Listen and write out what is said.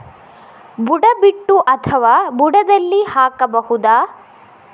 ಬುಡ ಬಿಟ್ಟು ಅಥವಾ ಬುಡದಲ್ಲಿ ಹಾಕಬಹುದಾ?